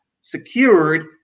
secured